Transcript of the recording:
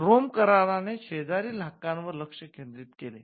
तर रोम कराराने शेजारील हक्कानं वर लक्ष केंद्रित केले